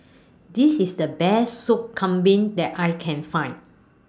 This IS The Best Soup Kambing that I Can Find